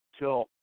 till